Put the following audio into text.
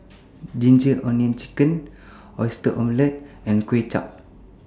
Ginger Onions Chicken Oyster Omelette and Kway Chap